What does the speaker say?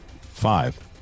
Five